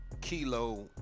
Kilo